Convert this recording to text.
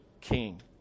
king